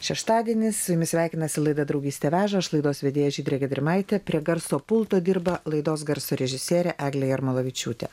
šeštadienį su jumis sveikinasi laida draugystė veža aš laidos vedėja žydrė giedrimaitė prie garso pulto dirba laidos garso režisierė eglė jarmolavičiūtė